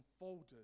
unfolded